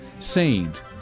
saint